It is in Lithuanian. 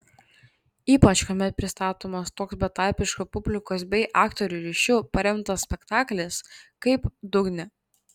ypač kuomet pristatomas toks betarpišku publikos bei aktorių ryšiu paremtas spektaklis kaip dugne